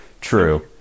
True